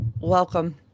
Welcome